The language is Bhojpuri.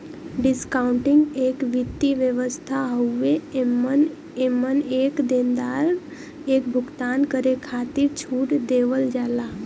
डिस्काउंटिंग एक वित्तीय व्यवस्था हउवे एमन एक देनदार एक भुगतान करे खातिर छूट देवल जाला